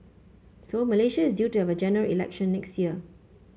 so Malaysia is due to have a General Election next year